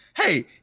Hey